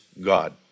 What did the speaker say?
God